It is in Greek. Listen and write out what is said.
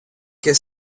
και